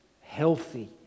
healthy